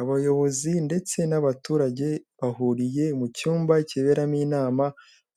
Abayobozi ndetse n'abaturage bahuriye mu cyumba kiberamo inama,